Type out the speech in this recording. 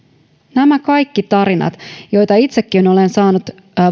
nämä kaikki tarinat joita itsekin olen saanut